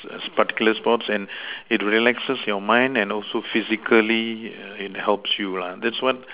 particular sports and it relaxes your mind and also physically err it helps you lah that's what